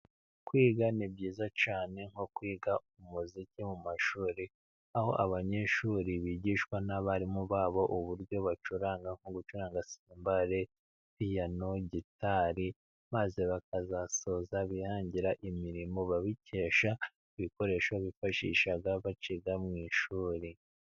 Kwiga ni byiza cyane， nko kwiga umuziki mu mashuri， aho abanyeshuri bigishwa n'abarimu babo， uburyo bacuranga， mu gucuranga sembare，piyano，gitari，maze bakazasoza bihangira imirimo， babikesha ibikoresho bifashishaga bakiga mu ishuri.